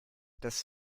das